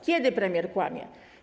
Kiedy premier kłamie?